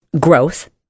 growth